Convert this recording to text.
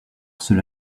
cela